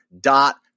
dot